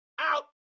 out